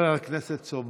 מוותרת, חבר הכנסת סובה,